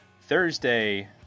Thursday